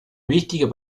wichtige